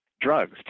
drugs